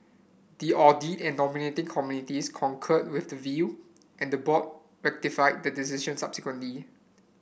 the audit and nominating committees concurred with the view and the board ratified the decision subsequently